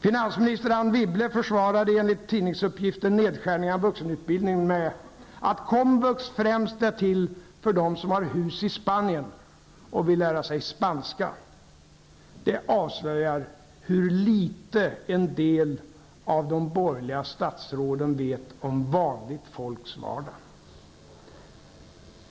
Finansminister Anne Wibble försvarade enligt tidningsuppgifter nedskärningar i vuxenutbildningen med att komvux främst är till för dem som har hus i Spanien och som vill lära sig spanska. Det avslöjar hur litet en del av de borgerliga statsråden vet om vanligt folks vardag.